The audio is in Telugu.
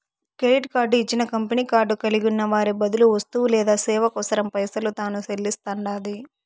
కెడిట్ కార్డు ఇచ్చిన కంపెనీ కార్డు కలిగున్న వారి బదులు వస్తువు లేదా సేవ కోసరం పైసలు తాను సెల్లిస్తండాది